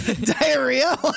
Diarrhea